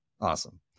Awesome